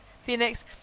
Phoenix